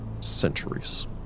centuries